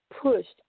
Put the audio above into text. pushed